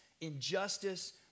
injustice